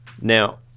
Now